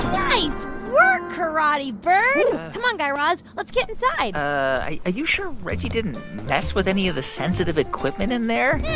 nice work, karate bird come on, guy raz. let's get inside are you sure reggie didn't mess with any of the sensitive equipment in there?